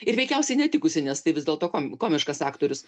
ir veikiausiai netikusį nes tai vis dėlto kom komiškas aktorius